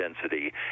density